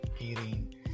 eating